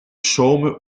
chaumes